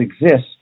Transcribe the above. exist